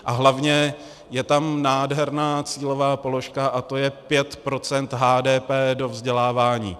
A hlavně je tam nádherná cílová položka a to je 5 % HDP do vzdělávání.